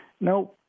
no